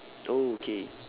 oh okay